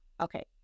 Okay